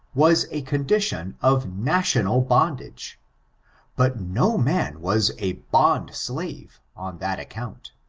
was a condition of national bondage but no man was a bond slave on that account,